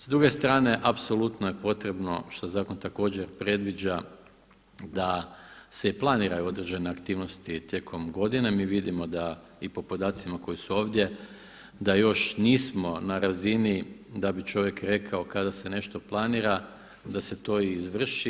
S druge strane apsolutno je potrebno što zakon također predviđa da se i planiraju određene aktivnosti tijekom godine, mi vidimo da i po podacima koji su ovdje, da još nismo na razini da bi čovjek rekao kada se nešto planira da se to i izvrši.